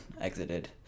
exited